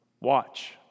watch